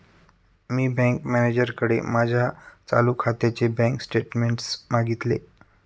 मी bank मॅनेजरकडे माझ्या चालू खात्याचे बँक स्टेटमेंट्स मागितले